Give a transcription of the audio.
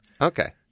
okay